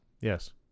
Yes